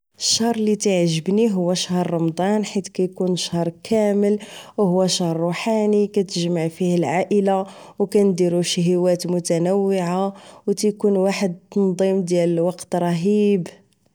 الشهر اللي كيعجبني هو شهر رمضان حيت كيكون شهر كامل شهر روحاني كتجمع فيه العائلة وكنديرو شهيوات متنوعة و تيكون واحد التنظيم رهيب